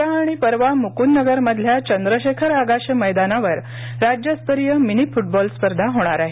उद्या आणि परवा मुकुंदनगरमधल्या चंद्रशेखर आगाशे मैदानावर राज्यस्तरीय मिनि फुटबॉल स्पर्धा होणार आहे